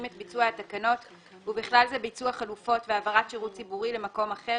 את ביצוע התקנות ובכלל זה ביצוע חלופות והעברת שירות ציבורי למקום אחר,